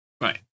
right